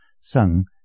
sung